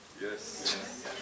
Yes